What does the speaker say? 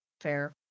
fair